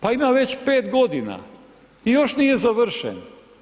Pa ima već 5 godina i još nije završen.